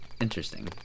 interesting